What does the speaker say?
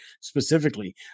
specifically